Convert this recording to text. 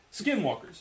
skinwalkers